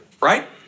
Right